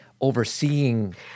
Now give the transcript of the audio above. overseeing